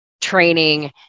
training